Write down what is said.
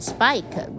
Spike